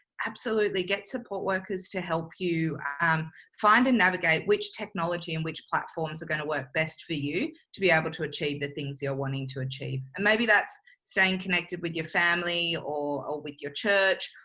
absolutely get support workers to help you um find and navigate which technology in which platforms are going to work best for you to be able to achieve the things you're wanting to achieve. and maybe that's staying connected with your family or ah with your church.